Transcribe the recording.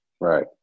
Right